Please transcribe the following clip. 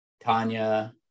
Tanya